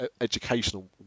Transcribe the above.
educational